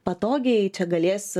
patogiai čia galės